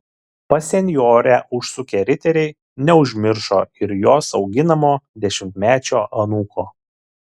pas senjorę užsukę riteriai neužmiršo ir jos auginamo dešimtmečio anūko